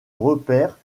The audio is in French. repère